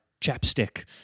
chapstick